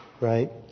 right